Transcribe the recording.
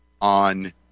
on